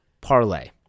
Parlay